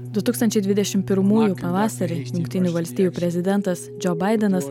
du tūkstančiai dvidešim pirmųjų pavasarį jungtinių valstijų prezidentas džo baidenas